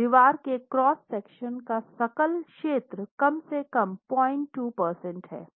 दीवार के cross section का सकल क्षेत्र कम से कम 02 प्रतिशत है